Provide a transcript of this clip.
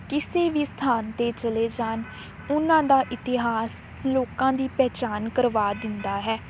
ਕਿਸੇ ਵੀ ਸਥਾਨ 'ਤੇ ਚਲੇ ਜਾਣ ਉਹਨਾਂ ਦਾ ਇਤਿਹਾਸ ਲੋਕਾਂ ਦੀ ਪਹਿਚਾਣ ਕਰਵਾ ਦਿੰਦਾ ਹੈ